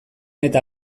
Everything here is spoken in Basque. eta